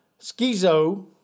Schizo